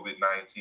COVID-19